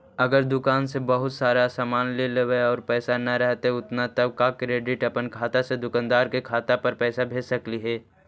अगर दुकान से बहुत सारा सामान ले लेबै और पैसा न रहतै उतना तब का डैरेकट अपन खाता से दुकानदार के खाता पर पैसा भेज सकली हे?